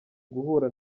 guhura